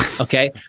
Okay